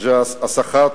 היא הסחה,